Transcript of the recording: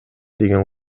деген